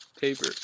Paper